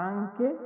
Anche